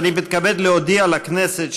אני מתכבד להודיע לכנסת,